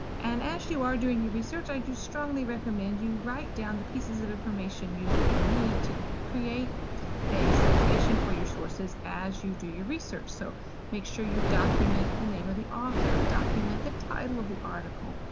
and as you are doing your research, i do strongly recommend you write down the pieces of information you will need to create a citation for your sources as you do your research. so make sure you document the name of the author, document the title of the article,